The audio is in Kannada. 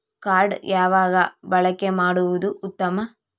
ಕಾರ್ಡ್ ಯಾವಾಗ ಬಳಕೆ ಮಾಡುವುದು ಉತ್ತಮ?